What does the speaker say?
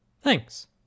Thanks